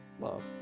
love